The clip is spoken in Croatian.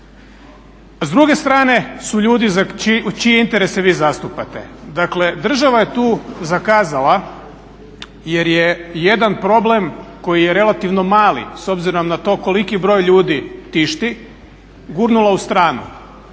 s druge strane su ljudi čije interese vi zastupate. Dakle, država je tu zakazala jer je jedan problem koji je relativno mali s obzirom na to koliki broj ljudi tišti gurnula u stranu,